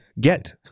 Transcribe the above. get